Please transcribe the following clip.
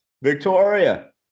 Victoria